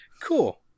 cool